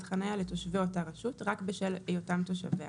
חניה לתושבי אותה רשות רק בשל היותם תושביה,